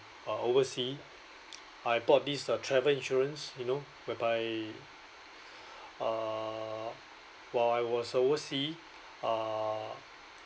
uh oversea I bought this uh travel insurance you know whereby uh while I was oversea uh